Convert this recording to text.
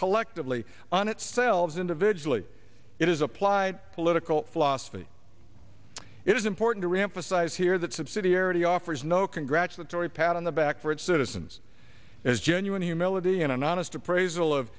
collectively on its selves individually it is applied political philosophy it is important to reemphasize here that subsidiarity offers no congratulatory pat on the back for its citizens as genuine humility and an honest appraisal of